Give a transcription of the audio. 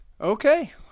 Okay